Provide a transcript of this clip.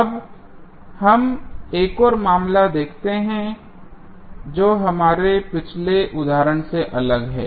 अब हम एक और मामला देखते हैं जो हमारे पिछले उदाहरण से अलग है